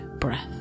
breath